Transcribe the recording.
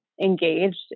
engaged